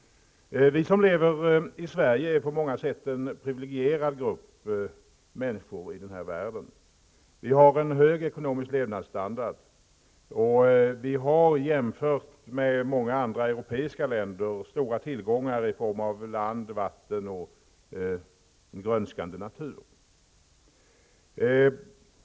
Vi som lever i Sverige är på många sätt en priviligierad grupp människor i denna värld. Vi har en hög ekonomisk levnadsstandard. Vi har, jämfört med många andra europeiska länder, stora tillgångar i form av land, vatten och en grönskande natur.